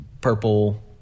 purple